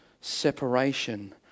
separation